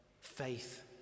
faith